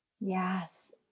yes